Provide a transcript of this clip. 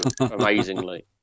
amazingly